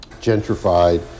gentrified